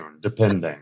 Depending